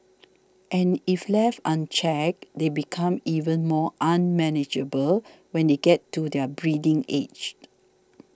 and if left unchecked they become even more unmanageable when they get to their breeding aged